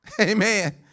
Amen